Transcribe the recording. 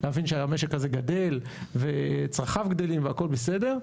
להבין שהמשק הזה גדל וצרכיו גדלים והכול בסדר,